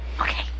Okay